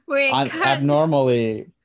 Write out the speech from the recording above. abnormally